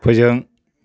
फोजों